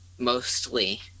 Mostly